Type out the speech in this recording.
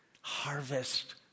harvest